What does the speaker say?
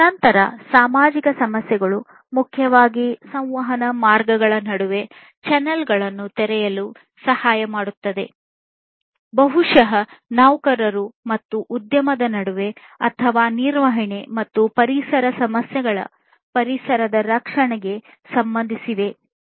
ನಂತರ ಸಾಮಾಜಿಕ ಸಮಸ್ಯೆಗಳು ಮುಖ್ಯವಾಗಿ ಸಂವಹನ ಮಾರ್ಗಗಳ ನಡುವೆ ಚಾನೆಲ್ಗಳನ್ನು ತೆರೆಯಲು ಸಹಾಯ ಮಾಡುತ್ತದೆ ಬಹುಶಃ ನೌಕರರು ಮತ್ತು ಉದ್ಯಮದ ನಡುವೆ ಅಥವಾ ನಿರ್ವಹಣೆ ಮತ್ತು ಪರಿಸರ ಸಮಸ್ಯೆಗಳು ಪರಿಸರದ ರಕ್ಷಣೆಗೆ ಸಂಬಂಧಿಸಿವೆ